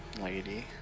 lady